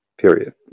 period